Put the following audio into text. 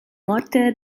morte